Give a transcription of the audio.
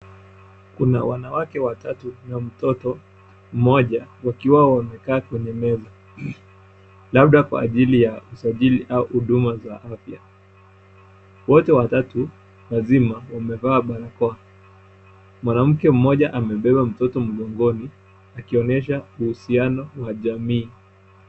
Kuna wanawake watatu na mtoto mmoja wakiwa wamekaa kwenye meza labda kwa ajili ya usajili au huduma za afya. Wote watatu, wazima wamevaa barakoa. Mwanamke mmoja amebeba mtoto mgongoni, akionyesha uhusiano wa jamii.